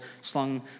slung